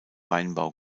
weinbau